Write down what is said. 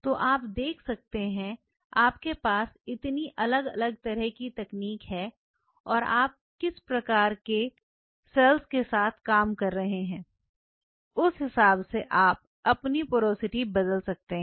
तो आप देख सकते हैं आपके पास इतनी अलग अलग तरह की तकनीक है और आप किस प्रकार के सर के साथ काम कर रहे हैं उस हिसाब से आप अपनी पोरोसिटी बदल सकते हैं